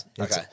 Okay